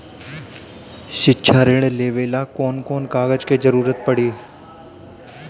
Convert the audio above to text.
शिक्षा ऋण लेवेला कौन कौन कागज के जरुरत पड़ी?